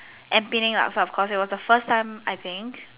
and Penang Laksa of course it was the first time I think